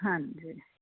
ਹਾਂਜੀ